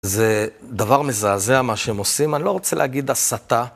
זה דבר מזעזע מה שהם עושים, אני לא רוצה להגיד הסתה.